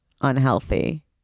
unhealthy